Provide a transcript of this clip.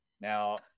Now